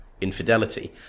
infidelity